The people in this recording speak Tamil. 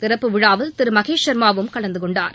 திறப்பு விழாவில் திரு மகேஷ்சர்மாவும் கலந்து கொண்டார்